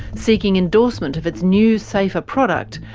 seeking endorsement of its new safer product,